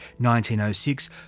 1906